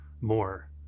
more